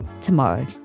tomorrow